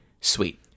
sweet